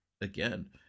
again